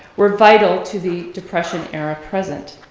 were vital to the depression era present.